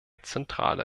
zentrale